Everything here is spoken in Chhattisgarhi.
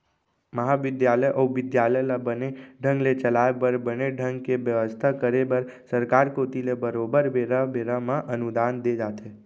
महाबिद्यालय अउ बिद्यालय ल बने ढंग ले चलाय बर बने ढंग ले बेवस्था करे बर सरकार कोती ले बरोबर बेरा बेरा म अनुदान दे जाथे